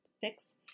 fix